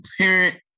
parent